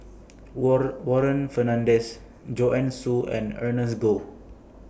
Warren Warren Fernandez Joanne Soo and Ernest Goh